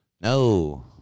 No